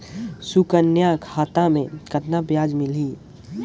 सुकन्या खाता मे कतना ब्याज मिलही?